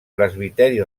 presbiteri